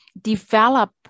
develop